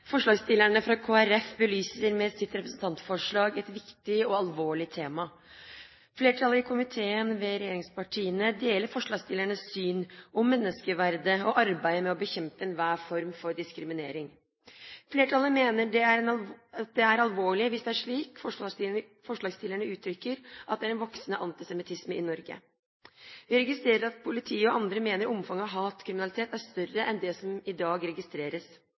Forslagsstillerne fra Kristelig Folkeparti belyser med sitt representantforslag et viktig og alvorlig tema. Flertallet i komiteen ved regjeringspartiene deler forslagsstillernes syn på menneskeverdet og arbeidet for å bekjempe enhver form for diskriminering. Flertallet mener det er alvorlig hvis det er slik forslagsstillerne uttrykker, at det er en voksende antisemittisme i Norge. Vi registrerer at politiet og andre mener omfanget av hatkriminalitet er større enn det som i dag registreres.